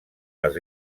les